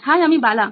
high আমি বালা